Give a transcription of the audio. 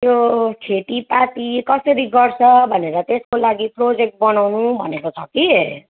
यो खेतीपाती कसरी गर्छ भनेर त्यसको लागि प्रजेक्ट बनाउनु भनेको छ कि